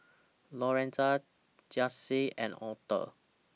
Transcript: Lorenza Janyce and Author